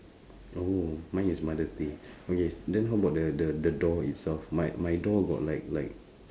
oh mine is mother's day okay then how about the the the door itself my my door got like like